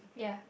ya